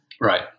Right